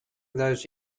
those